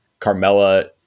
Carmella